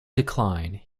decline